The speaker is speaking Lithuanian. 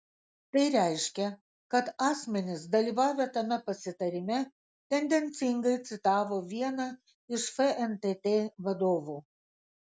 tai reiškia kad asmenys dalyvavę tame pasitarime tendencingai citavo vieną iš fntt vadovų